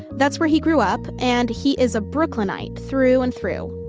that's where he grew up and he is a brooklynite, through and through.